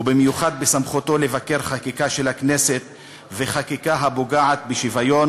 ובמיוחד בסמכותו לבקר חקיקה של הכנסת וחקיקה הפוגעת בשוויון